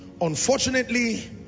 Unfortunately